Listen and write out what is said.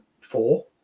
four